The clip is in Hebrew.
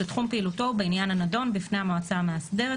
שתחום פעילותו הוא בעניין הנדון בפני המועצה המאסדרת,